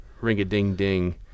Ring-a-ding-ding